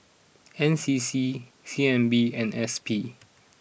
N C C C N B and S P